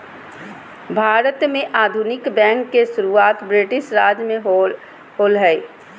भारत में आधुनिक बैंक के शुरुआत ब्रिटिश राज में होलय हल